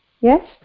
Yes